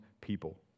people